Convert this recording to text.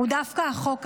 הוא דווקא החוק הזה,